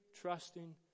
trusting